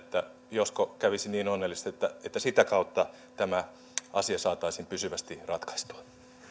josko kävisi niin onnellisesti että sitä kautta tämä asia saataisiin pysyvästi ratkaistua